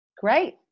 great